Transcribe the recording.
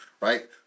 right